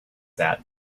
that